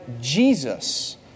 Jesus